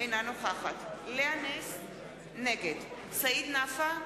אינה נוכחת לאה נס, נגד סעיד נפאע,